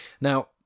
Now